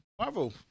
Marvel